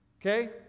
Okay